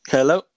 Hello